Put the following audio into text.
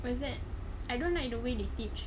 what is that I don't like the way they teach